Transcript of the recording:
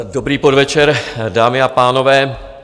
Dobrý podvečer, dámy a pánové.